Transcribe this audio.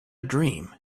dream